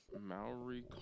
maori